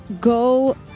go